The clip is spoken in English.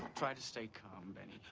try to stay calm benny.